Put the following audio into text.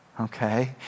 Okay